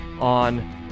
on